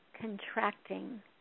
contracting